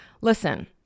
Listen